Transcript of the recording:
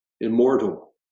immortal